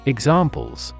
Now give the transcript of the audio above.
Examples